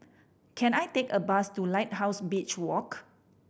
can I take a bus to Lighthouse Beach Walk